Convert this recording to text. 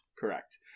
Correct